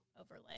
overlay